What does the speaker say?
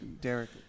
Derek